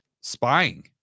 spying